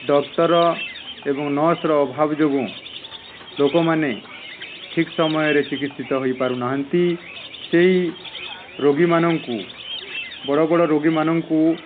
doctor ଏବଂ ନର୍ସର ଅଭାବ ଯୋଗୁଁ ଲୋକମାନେ ଠିକ୍ ସମୟରେ ଚିକିତ୍ସିତ ହୋଇ ପାରୁନାହାନ୍ତି ସେଇ ରୋଗୀମାନଙ୍କୁ ବଡ଼ ବଡ଼ ରୋଗୀମାନଙ୍କୁ